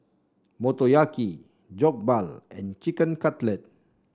Motoyaki Jokbal and Chicken Cutlet